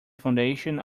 foundation